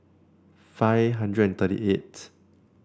five hundred and thirty eight